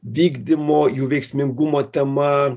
vykdymo jų veiksmingumo tema